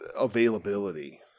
availability